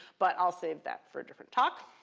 but i'll save that for a different talk.